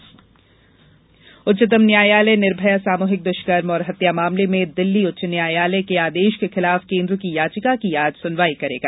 उच्चतम न्यायालय निर्भया उच्चतम न्यायालय निर्भया सामूहिक दुष्कर्म और हत्या मामले में दिल्ली उच्च न्यायालय के आदेश के खिलाफ केन्द्र की याचिका की आज सुनवाई करेगा